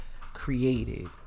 created